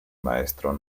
maestro